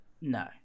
No